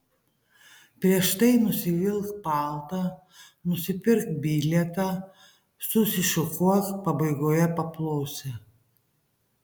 prieš tai nusivilk paltą nusipirk bilietą susišukuok pabaigoje paplosi